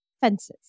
fences